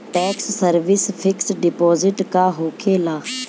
Tax saving fix deposit का होखे ला?